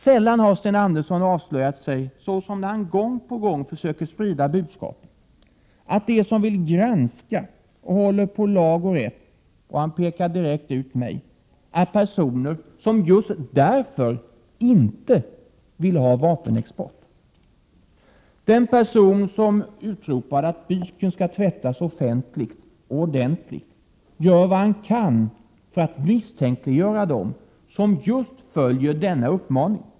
Sällan har Sten Andersson avslöjat sig så som när han gång på gång försöker sprida budskapet att de som vill granska och håller på lag och rätt — han pekar direkt ut mig — är personer som just därför inte vill ha vapenexport. Den person som utropade att byken skall tvättas offentligt och ordentligt gör vad han kan för att misstänkliggöra dem som följer denna uppmaning.